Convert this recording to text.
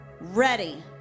ready